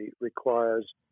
requires